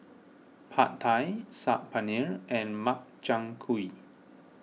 Pad Thai Saag Paneer and Makchang Gui